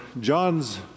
John's